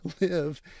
live